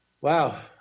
Wow